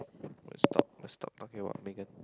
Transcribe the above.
we'll stop we'll stop talking about Megan